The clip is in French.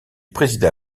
présida